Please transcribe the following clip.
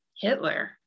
Hitler